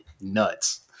nuts